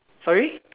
sorry